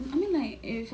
can ah